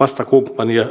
vastakumppania riittävän hyvin